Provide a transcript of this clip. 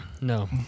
no